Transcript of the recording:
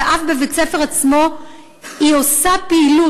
ואף בבית-ספר עצמו היא עושה פעילות,